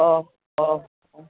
ഓ ഓ